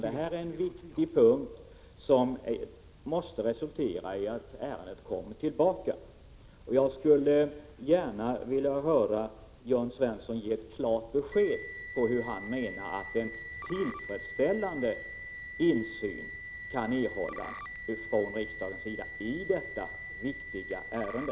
Det är nödvändigt att ärendet kommer tillbaka, och jag skulle gärna vilja höra Jörn Svensson ge ett klart besked om hur han menar att en tillfredsställande insyn skall kunna erhållas från riksdagens sida i detta viktiga ärende.